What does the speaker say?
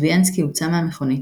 טוביאנסקי הוצא מהמכונית,